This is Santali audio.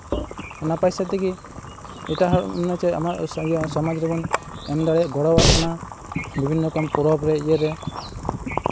ᱚᱱᱟ ᱯᱚᱭᱥᱟ ᱛᱮᱜᱮ ᱮᱴᱟᱜ ᱦᱚᱲ ᱢᱟᱱᱮ ᱪᱮᱫ ᱟᱢᱟᱜ ᱥᱚᱢᱟᱡᱽ ᱨᱮᱵᱚᱱ ᱮᱢ ᱫᱟᱲᱮᱭᱟᱜ ᱜᱚᱲᱚᱣᱟᱜ ᱠᱟᱱᱟ ᱵᱤᱵᱷᱤᱱᱱᱚ ᱨᱚᱠᱚᱢ ᱯᱚᱨᱚᱵᱽ ᱨᱮ ᱤᱭᱟᱹᱨᱮ